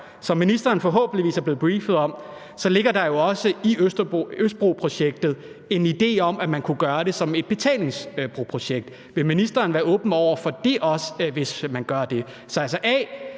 Som ministeren forhåbentligvis er blevet briefet om, ligger der jo også i Østbroprojektet en idé om, at man kunne gøre det som et betalingsprojekt. Vil ministeren også være åben over for det, hvis man gør det?